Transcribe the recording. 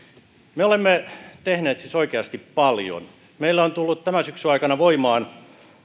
me olemme tehneet siis oikeasti paljon meillä on tullut tämän syksyn aikana voimaan